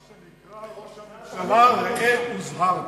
מה שנקרא: ראש הממשלה, ראה הוזהרת.